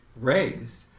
raised